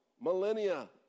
millennia